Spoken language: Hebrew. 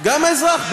גם האזרח.